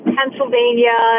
Pennsylvania